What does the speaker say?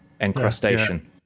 encrustation